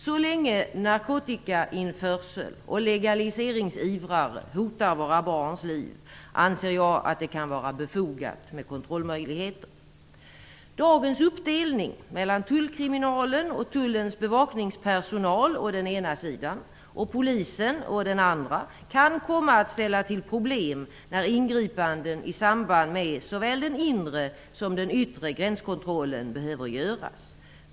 Så länge narkotikainförsel och legaliseringsivrare hotar våra barns liv anser jag att det kan vara befogat med kontrollmöjligheter. Dagens uppdelning mellan tullkriminalen och tullens bevakningspersonal å den ena sidan och polisen å den andra kan komma att ställa till problem när ingripanden i samband med såväl den inre som den yttre gränskontrollen behöver göras.